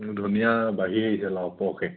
ধুনীয়া বাঢ়ি আহিছে লহপহকৈ